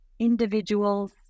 individuals